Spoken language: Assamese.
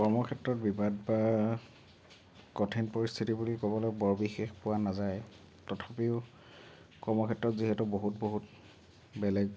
কৰ্মক্ষেত্ৰত বিবাদ বা কঠিন পৰিস্থিতি বুলি ক'বলৈ বৰ বিশেষ পোৱা নাযায় তথাপিও কৰ্মক্ষেত্ৰত যিহেতু বহুত বহুত বেলেগ